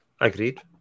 Agreed